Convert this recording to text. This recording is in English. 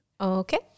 Okay